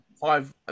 Five